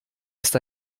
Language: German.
ist